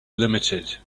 limited